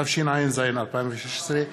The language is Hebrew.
התשע"ז 2016,